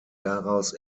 daraus